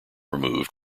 removed